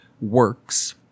works